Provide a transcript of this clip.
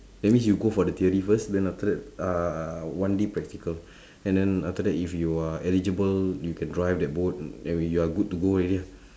that means you go for the theory first then after that uh one day practical and then after that if you are eligible you can drive that boat then you're good to go already lah